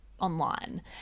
online